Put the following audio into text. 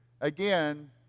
again